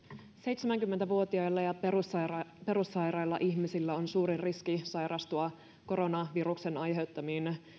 seitsemänkymmentä vuotiailla ja perussairailla perussairailla ihmisillä on suurin riski sairastua koronaviruksen aiheuttamiin